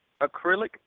acrylic